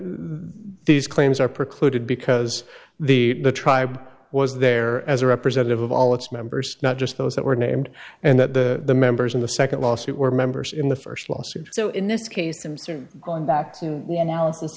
these claims are precluded because the tribe was there as a representative of all its members not just those that were named and that the members in the second lawsuit were members in the first lawsuit so in this case i'm soon going back to the analysis